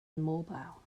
immobile